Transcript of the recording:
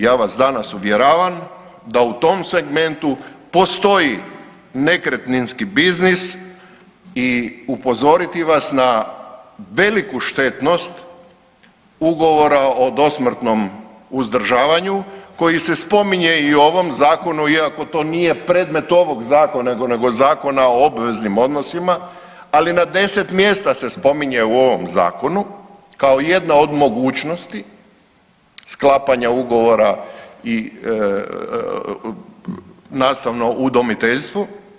Ja vas danas uvjeravam da u tom segmentu postoji nekretninski biznis i upozoriti vas na veliku štetnost Ugovora o dosmrtnom uzdržavanju koji se spominje i u ovom zakonu iako to nije predmet ovog zakona nego Zakona o obveznim odnosima, ali na 10 mjesta se spominje u ovom zakonu kao jedna od mogućnosti sklapanja ugovora i nastavno udomiteljstvo.